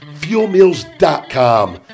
FuelMeals.com